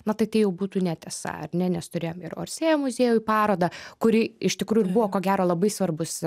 na tai tai jau būtų netiesa ar ne nes turėjome ir orsė muziejuj parodą kuri iš tikrųjų buvo ko gero labai svarbus